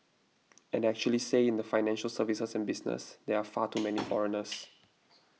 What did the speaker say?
and actually say in the financial services and business there are far too many foreigners